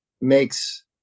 makes